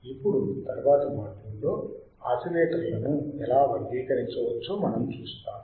ఇప్పుడు తరువాతి మాడ్యూల్లో ఆసిలేటర్లను ఎలా వర్గీకరించవచ్చో మనం చూస్తాము